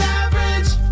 average